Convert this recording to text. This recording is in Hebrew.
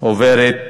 סדר הדין הפלילי (תיקון מס' 69) (תשלום בהסדר לוועדות מקומיות),